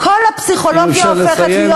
כל הפסיכולוגיה הופכת להיות